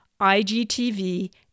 IGTV